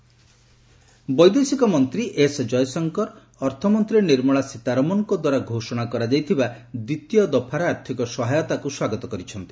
Jaishankar economic package ବୈଦେଶିକ ମନ୍ତ୍ରୀ S Jaishankar ଅର୍ଥମନ୍ତ୍ରୀ ନିର୍ମଳା ସୀତାରମଣଙ୍କ ଦ୍ୱାରା ଘୋଷଣା କରାଯାଇଥିବା ଦ୍ୱିତୀୟ ଦଫାର ଆର୍ଥିକ ସହାୟତାକୁ ସ୍ୱାଗତ କରିଛନ୍ତି